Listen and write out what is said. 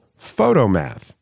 PhotoMath